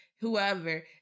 Whoever